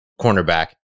cornerback